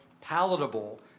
palatable